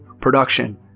production